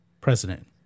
president